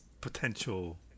potential